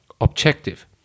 objective